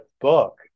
Book